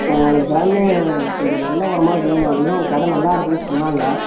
ஆ சாமி எனக்கு கொஞ்சம் நல்ல உரமா வேணும் அதுக்குதான் உங்கள் கடை நல்லா இருக்குதுன்னு சொன்னாங்க